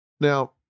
Now